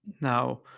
Now